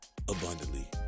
abundantly